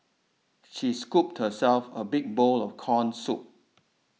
she scooped herself a big bowl of Corn Soup